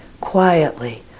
quietly